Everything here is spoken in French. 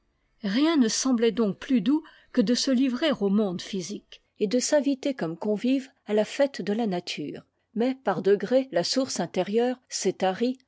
rien ne semmait donc plus doux que de se livrer au mondé physique et de s'inviter comme convive à la fête de la nature mais par degrés la source intérieure s'est tarié